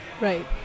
Right